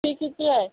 fee किती आहे